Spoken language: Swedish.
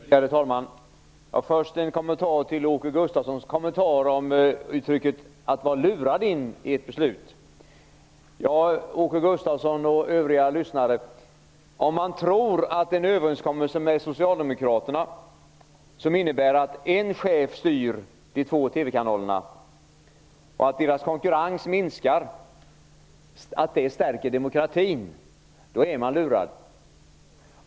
Värderade talman! Först har jag en kommentar till Åke Gustavssons kommentar om uttrycket att vara lurad in i ett beslut. Åke Gustavsson och övriga lyssnare! Man är lurad om man tror att en överenskommelse med socialdemokraterna som innebär att en chef styr de två TV kanalerna och att deras konkurrens minskar stärker demokratin.